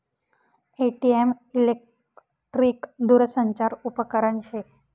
ATM electric दूरसंचार उपकरन शे